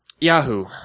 Yahoo